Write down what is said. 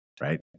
Right